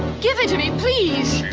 give it to me, please!